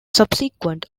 subsequent